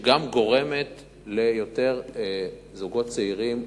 שגורמת ליותר זוגות צעירים,